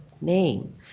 name